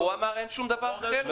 הוא אמר שאין שום דבר אחר.